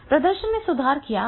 प्रदर्शन में सुधार क्या है